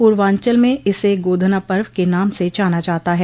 पूर्वांचल में इसे गोधना पर्व के नाम से जाना जाता है